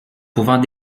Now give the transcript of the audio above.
pouvant